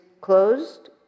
closed